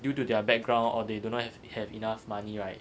due to their background or they do not have have enough money right